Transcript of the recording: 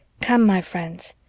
come, my friends,